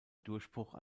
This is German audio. durchbruch